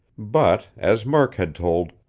but, as murk had told,